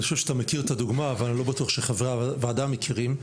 אני חושב שאתה מכיר את הדוגמא אבל אני לא בטוח שחברי הוועדה מכירים,